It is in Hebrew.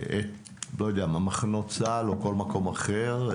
לא יודע, מחנות צה"ל, או כל מקום אחר,